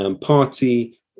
party